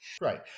Right